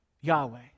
yahweh